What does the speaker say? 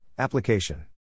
Application